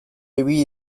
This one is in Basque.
ibili